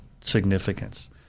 significance